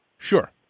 Sure